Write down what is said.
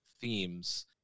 themes